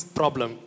problem